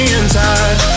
inside